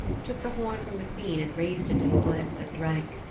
took the horn from the queen and raised it to his lips and drank.